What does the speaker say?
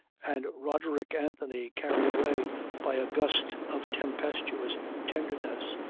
and roderick anthony carried away by a gust of tempestuous tenderness,